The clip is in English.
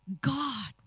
God